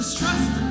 trust